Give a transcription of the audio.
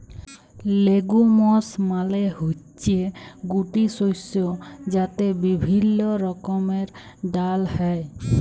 legumes মালে হচ্যে গুটি শস্য যাতে বিভিল্য রকমের ডাল হ্যয়